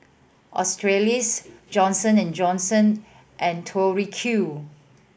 Australis Johnson and Johnson and Tori Q